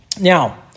Now